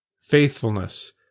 faithfulness